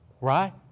Right